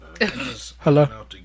Hello